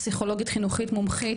פסיכולוגית חינוכית מומחית,